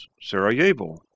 Sarajevo